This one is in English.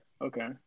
Okay